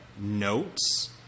Notes